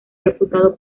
reputado